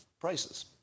prices